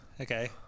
okay